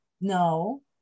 No